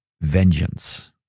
Vengeance